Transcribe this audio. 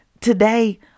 today